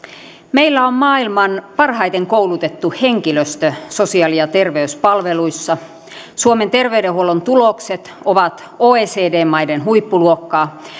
meillä on maailman parhaiten koulutettu henkilöstö sosiaali ja terveyspalveluissa suomen terveydenhuollon tulokset ovat oecd maiden huippuluokkaa